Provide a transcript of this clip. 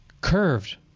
Curved